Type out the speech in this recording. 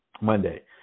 Monday